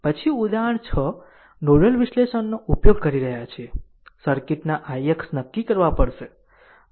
પછી ઉદાહરણ 6 નોડલ વિશ્લેષણનો ઉપયોગ કરી રહ્યાં છે સર્કિટના ix નક્કી કરવા પડશે